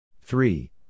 three